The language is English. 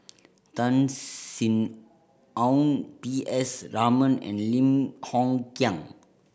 Tan Sin Aun P S Raman and Lim Hng Kiang